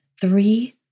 three